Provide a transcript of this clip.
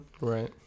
right